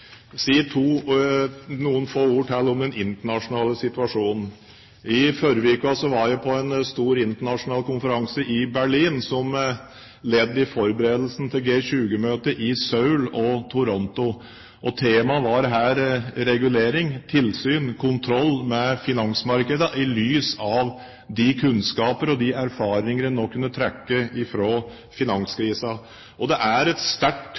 noen få ord til om den internasjonale situasjonen. I forrige uke var jeg på en stor internasjonal konferanse i Berlin, som ledd i forberedelsene til G20-møtene i Seoul og Toronto. Temaet var her regulering, tilsyn og kontroll med finansmarkedet i lys av de kunnskaper og de erfaringer en nå kunne trekke fra finanskrisen. Det er et sterkt